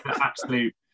absolute